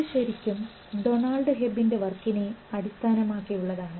ഇത് ശരിക്കും ഡൊണാൾഡ് ഹെബ്ബന്റെ വർക്കിന് അടിസ്ഥാനമാക്കിയുള്ളതാണ്